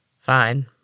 Fine